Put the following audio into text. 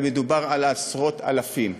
ומדובר על עשרות אלפים,